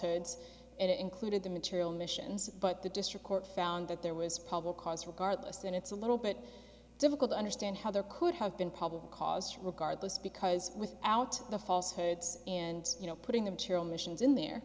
falsehoods and it included the material missions but the district court found that there was probable cause regardless and it's a little bit difficult to understand how there could have been probable cause regardless because without the falsehoods and you know putting them tear omissions in there